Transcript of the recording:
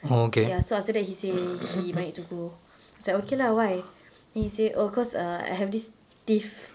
ya so after that he said he might need to go I was like okay lah why then he said oh because I have this teeth